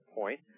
point